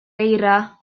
eira